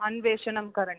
अन्वेषणं करणीयम्